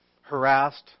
harassed